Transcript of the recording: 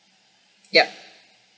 yup